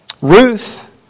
Ruth